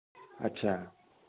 अच्छा